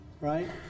Right